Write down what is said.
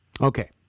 Okay